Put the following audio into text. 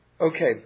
Okay